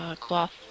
cloth